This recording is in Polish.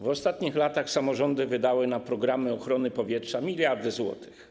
W ostatnich latach samorządy wydały na programy ochrony powietrza miliardy złotych.